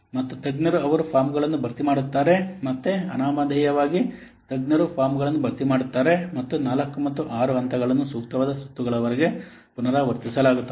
ಮತ್ತು ತಜ್ಞರು ಅವರು ಫಾರ್ಮ್ಗಳನ್ನು ಭರ್ತಿ ಮಾಡುತ್ತಾರೆ ಮತ್ತೆ ಅನಾಮಧೇಯವಾಗಿ ತಜ್ಞರು ಫಾರ್ಮ್ಗಳನ್ನು ಭರ್ತಿ ಮಾಡುತ್ತಾರೆ ಮತ್ತು 4 ಮತ್ತು 6 ಹಂತಗಳನ್ನು ಸೂಕ್ತವಾದ ಸುತ್ತುಗಳವರೆಗೆ ಪುನರಾವರ್ತಿಸಲಾಗುತ್ತದೆ